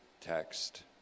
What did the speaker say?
text